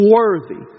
worthy